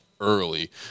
Early